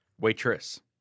Waitress